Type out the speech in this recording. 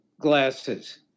glasses